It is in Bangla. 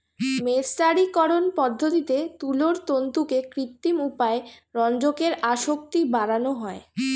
মের্সারিকরন পদ্ধতিতে তুলোর তন্তুতে কৃত্রিম উপায়ে রঞ্জকের আসক্তি বাড়ানো হয়